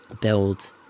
build